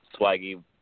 Swaggy